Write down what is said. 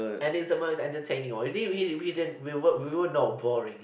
and it's the most entertaining one we din we din we din we were we were not boring